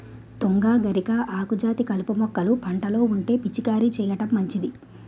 తుంగ, గరిక, ఆకుజాతి కలుపు మొక్కలు పంటలో ఉంటే పిచికారీ చేయడం మంచిది